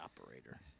operator